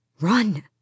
Run